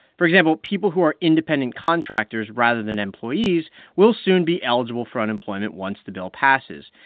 for example, people who are independent contractors rather than employees will soon be eligible for unemployment once the bill passes.